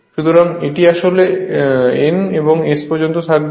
সুতরাং এটি আসলে এবং এটি হল N থেকে S পর্যন্ত থাকবে